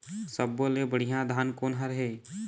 सब्बो ले बढ़िया धान कोन हर हे?